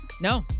No